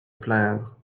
plaindre